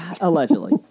Allegedly